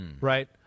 right